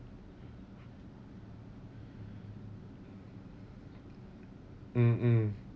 mm mm